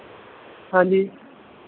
ਹਾਂਜੀ